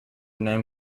name